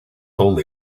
only